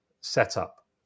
setup